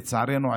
לצערנו,